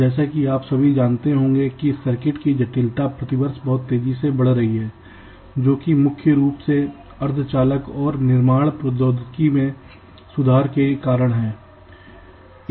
जैसा कि आप सभी जानते होंगे कि सर्किट की जटिलता प्रतिवर्ष बहुत तेजी से बढ़ रही हैजोकि मुख्य रूप से अर्धचालक और निर्माण प्रौद्योगिकियों में सुधार के कारण है